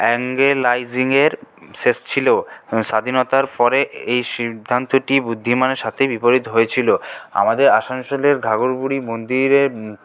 অ্যাঙ্গেলাইজিংয়ের শেষ ছিল স্বাধীনতার পরে এই সিদ্ধান্তটি বুদ্ধিমানের সাথে বিপরীত হয়েছিলো আমাদের আসানসোলের ঘাঘর বুড়ি মন্দিরে